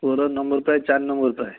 ତୋର ନମ୍ବର ପ୍ରାୟ ଚାରି ନମ୍ବର ଥାଏ